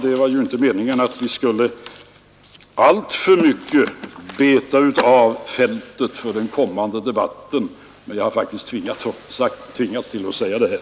Det var ju inte meningen att vi skulle alltför mycket beta av fältet för den kommande debatten, men jag har faktiskt tvingats att säga detta.